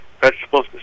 vegetables